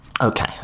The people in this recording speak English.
Okay